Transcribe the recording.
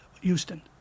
Houston